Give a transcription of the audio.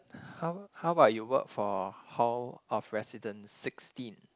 how how about you work for hall of residence sixteen